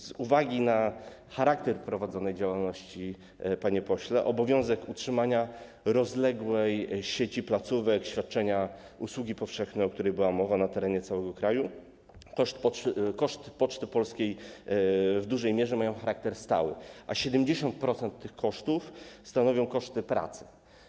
Z uwagi na charakter prowadzonej działalności, panie pośle, obowiązek utrzymania rozległej sieci placówek, świadczenia usługi powszechnej, o której była mowa, na terenie całego kraju, koszty Poczty Polskiej w dużej mierze mają charakter stały, a 70% tych kosztów stanowią koszty pracy.